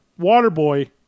Waterboy